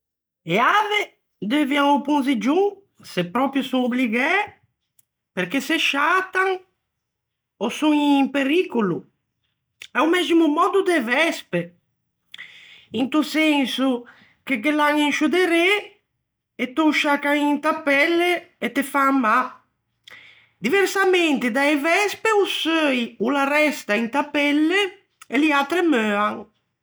E ave deuvian o ponziggion, se son pròpio obligæ, perché se sciatan ò son in pericolo, a-o mæximo mòddo de vespe, into senso che ghe l'an in sciô derê, e te ô sciaccan inta pelle e te fan mâ. Diversamente da-e vespe, o seu o l'arresta inta pelle, e liatre meuan.